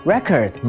Record